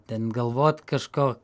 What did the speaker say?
ten galvot kažko